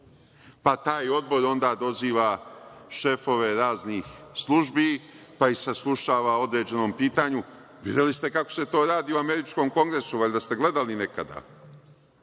pa taj odbor onda poziva šefove raznih službi, pa ih saslušava o određenom pitanju. Videli ste kako se to radi u Američkom kongresu. Valjda ste gledali nekada.